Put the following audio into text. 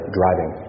driving